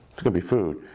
there will be food,